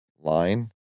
line